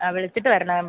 ആ വിളിച്ചിട്ട് വരണം